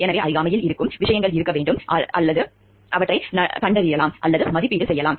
எனவே அருகாமையில் நடக்கும் விஷயங்கள் இருக்க வேண்டும் அதனால் அவற்றைக் கண்டறியலாம் அல்லது மதிப்பீடு செய்யலாம்